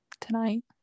tonight